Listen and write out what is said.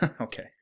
okay